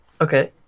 Okay